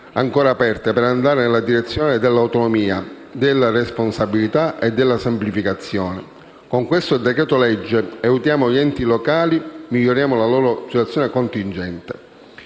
ancora aperte per andare nella direzione dell'autonomia, della responsabilità e della semplificazione. Con questo decreto-legge aiutiamo gli enti locali, miglioriamo la loro situazione contingente.